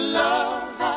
love